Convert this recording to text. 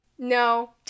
No